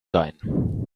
sein